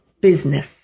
business